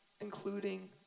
including